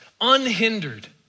unhindered